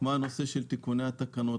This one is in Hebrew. כמו הנושא של תיקוני התקנות,